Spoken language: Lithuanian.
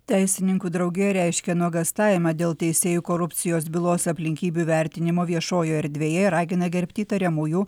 teisininkų draugija reiškia nuogąstavimą dėl teisėjų korupcijos bylos aplinkybių vertinimo viešojoje erdvėje ir ragina gerbti įtariamųjų